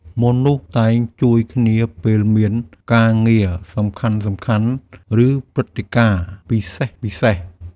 មនុស្សតែងជួយគ្នាពេលមានការងារសំខាន់ៗ ឬព្រឹត្តិការណ៍ពិសេសៗ។